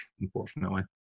unfortunately